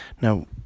Now